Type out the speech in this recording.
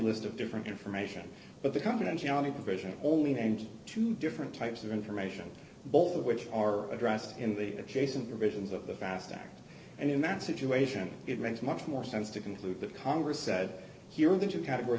list of different information but the confidentiality provision only names two different types of information both of which are addressed in the adjacent provisions of the vast act and in that situation it makes much more sense to conclude that congress said here that you categories